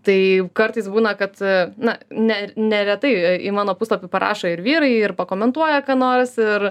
tai kartais būna kad na ne neretai į mano puslapį parašo ir vyrai ir pakomentuoja ką nors ir